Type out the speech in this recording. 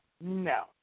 no